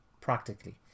practically